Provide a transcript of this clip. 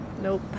Nope